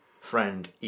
friend